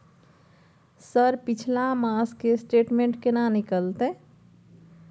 Sir पिछला मास के स्टेटमेंट केना निकलते?